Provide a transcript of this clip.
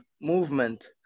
movement